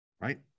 right